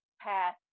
path